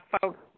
Folks